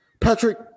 Patrick